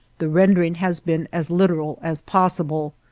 the rendering has been as literal as possible,